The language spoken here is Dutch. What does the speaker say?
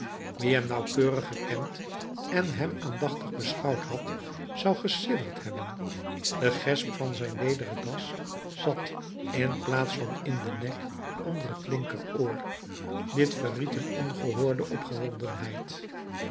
hem nauwkeurig gekend en hem aandachtig beschouwd had zou gesidderd hebben de gesp van zijn lederen das zat in plaats van in den nek onder het linkeroor dit verried een ongehoorde